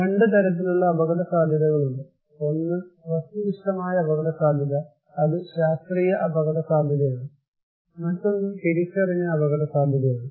2 തരത്തിലുള്ള അപകടസാധ്യതകൾ ഉണ്ട് ഒന്ന് വസ്തുനിഷ്ഠമായ അപകടസാധ്യത അത് ശാസ്ത്രീയ അപകടസാധ്യതയാണ് മറ്റൊന്ന് തിരിച്ചറിഞ്ഞ അപകടസാധ്യതയാണ്